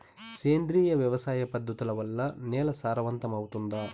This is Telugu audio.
సేంద్రియ వ్యవసాయ పద్ధతుల వల్ల, నేల సారవంతమౌతుందా?